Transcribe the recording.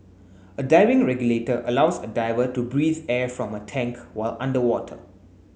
a diving regulator allows a diver to breathe air from a tank while underwater